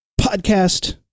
Podcast